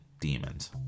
demons